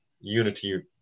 unity